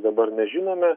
dabar nežinome